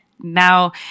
now